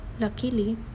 luckily